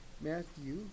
Matthew